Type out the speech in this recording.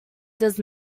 does